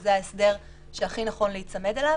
שזה ההסדר שהכי נכון להיצמד אליו.